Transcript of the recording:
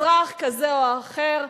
אזרח כזה או אחר,